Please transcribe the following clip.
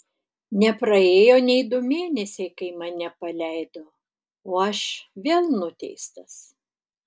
nepraėjo nei du mėnesiai kai mane paleido o aš vėl nuteistas